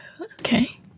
Okay